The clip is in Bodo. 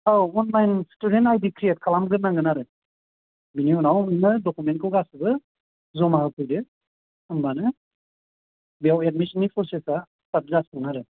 औ अनलाइन स्टुदेन्ट आइदि क्रियेट खालामग्रोनांगोन आरो बिनि उनाव नोङो दकुमेन्टखौ गासिबो ज'मा होफैदो होम्बानो बेयाव एदमिसननि प्रसेसा थाब जासिगोन आरो